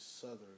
southern